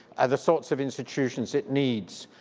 the sorts of institutions it needs